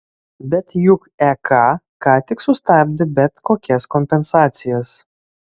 bet juk ek ką tik sustabdė bet kokias kompensacijas